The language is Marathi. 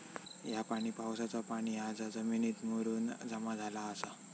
ह्या पाणी पावसाचा पाणी हा जा जमिनीत मुरून जमा झाला आसा